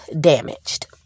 damaged